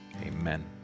amen